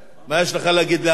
מה יש לך להגיד להגנתך?